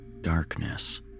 darkness